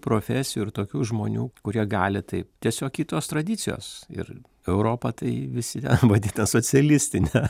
profesijų ir tokių žmonių kurie gali taip tiesiog kitos tradicijos ir europą tai visi ją vadina socialistine